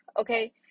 okay